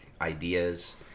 ideas